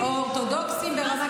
גם היום,